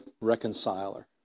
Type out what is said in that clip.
reconciler